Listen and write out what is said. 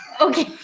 Okay